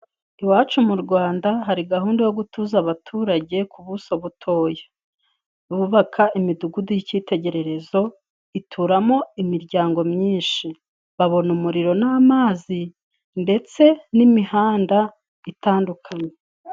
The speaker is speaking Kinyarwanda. Iwacu mu Rwanda hari gahunda yo gutuza abaturage ku buso butoya. Bubaka imidugudu y'icyitegererezo ituramo imiryango myinshi. Babona umuriro n'amazi ndetse n'imihanda itandukanye.